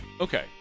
Okay